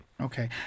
Okay